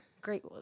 Great